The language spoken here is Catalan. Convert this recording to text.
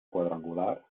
quadrangular